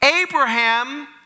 Abraham